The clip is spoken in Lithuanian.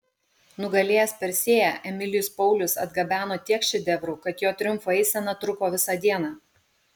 nugalėjęs persėją emilijus paulius atgabeno tiek šedevrų kad jo triumfo eisena truko visą dieną